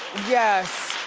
yes.